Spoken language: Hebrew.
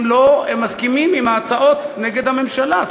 הדוכן מסכימים עם ההצעות נגד הממשלה.